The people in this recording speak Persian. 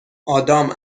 آدام